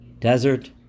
desert